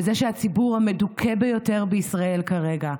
וזה שהציבור המדוכא ביותר בישראל כרגע,